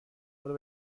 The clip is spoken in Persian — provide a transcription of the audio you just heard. برو